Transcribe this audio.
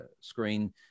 screen